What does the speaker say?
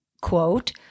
quote